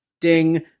Ding